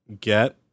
get